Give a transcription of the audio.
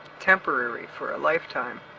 temporary for a lifetime,